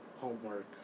homework